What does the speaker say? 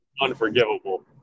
unforgivable